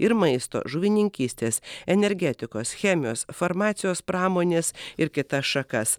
ir maisto žuvininkystės energetikos chemijos farmacijos pramonės ir kitas šakas